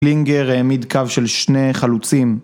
קלינגר העמיד קו של שני חלוצים